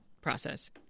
process